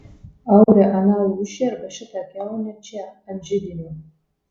aure aną lūšį arba šitą kiaunę čia ant židinio